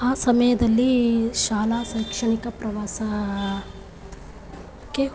ಆ ಸಮಯದಲ್ಲಿ ಶಾಲಾ ಶೈಕ್ಷಣಿಕ ಪ್ರವಾಸ ಕ್ಕೆ